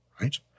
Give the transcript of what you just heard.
right